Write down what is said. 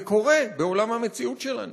זה קורה בעולם מציאות שלנו.